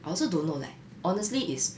I also don't know leh honestly it's